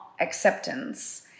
acceptance